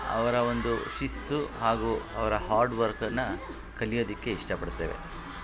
ಅವರ ಒಂದು ಶಿಸ್ತು ಹಾಗೂ ಅವರ ಹಾರ್ಡ್ವರ್ಕನ್ನು ಕಲಿಯೋದಕ್ಕೆ ಇಷ್ಟಪಡ್ತೇವೆ